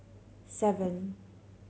seven